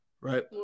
right